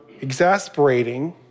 exasperating